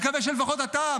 אני מקווה שלפחות אתה,